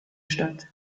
statt